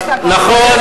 נכון,